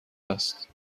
است